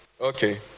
Okay